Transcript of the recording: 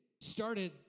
started